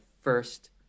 first